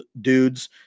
dudes